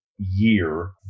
year